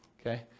Okay